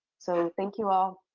so thank you all.